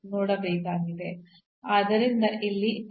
ನಾವು ಅನ್ನು ಪಡೆಯುತ್ತೇವೆ ಮತ್ತು ನಾವು ಇಲ್ಲಿ ಅನ್ನು ಪಡೆಯುತ್ತೇವೆ